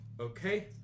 okay